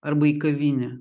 arba į kavinę